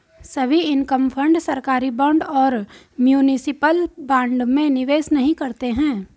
सभी income fund सरकारी bond और म्यूनिसिपल बॉन्ड में निवेश नहीं करते हैं